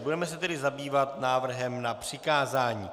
Budeme se tady zabývat návrhem na přikázání.